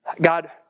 God